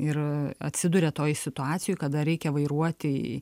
ir atsiduria toj situacijoj kada reikia vairuoti